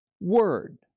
word